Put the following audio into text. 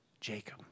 Jacob